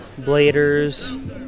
bladers